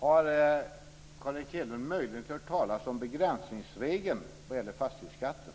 Fru talman! Har Carl Erik Hedlund möjligen hört talas om begränsningsregeln när det gäller fastighetsskatten?